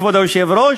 כבוד היושב-ראש,